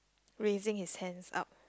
raising his hands up